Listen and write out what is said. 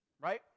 right